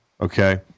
okay